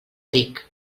dic